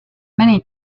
many